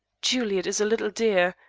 juliet is a little dear,